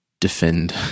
defend